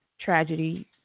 tragedy